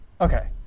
Okay